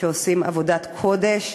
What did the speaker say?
שעושים עבודת קודש.